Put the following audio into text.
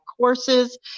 courses